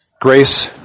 grace